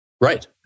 Right